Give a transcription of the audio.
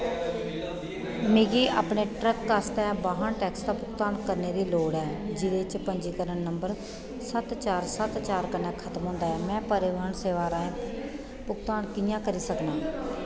मिगी अपने ट्रक आस्तै वाहन टैक्स दा भुगतान करने दी लोड़ ऐ जेह्दे च पंजीकरण नंबर सत्त चार सत्त चार कन्नै खतम होंदा ऐ में परिवहन सेवा राहें भुगतान कि'यां करी सकनां